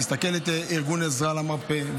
תסתכל על ארגון עזרה למרפא,